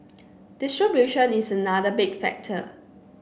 distribution is another big factor